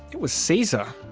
it was caesar.